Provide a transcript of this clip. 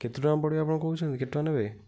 କେତେ ଟଙ୍କା ପଡ଼ିବ ଆପଣ କହୁଛନ୍ତି କେତେ ଟଙ୍କା ନେବେ